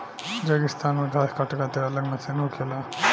रेगिस्तान मे घास काटे खातिर अलग मशीन होखेला